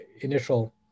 initial